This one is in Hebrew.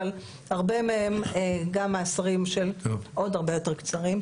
אבל הרבה מהם גם מאסרים של עוד הרבה יותר קצרים.